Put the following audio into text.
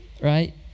right